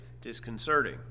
disconcerting